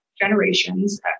generations